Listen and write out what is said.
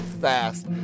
fast